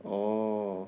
orh